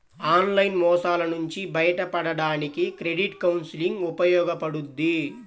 online మోసాల నుంచి బయటపడడానికి క్రెడిట్ కౌన్సిలింగ్ ఉపయోగపడుద్ది